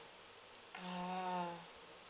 ah